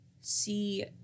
see